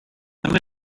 come